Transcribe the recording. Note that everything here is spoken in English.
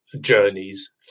journeys